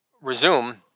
resume